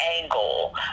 angle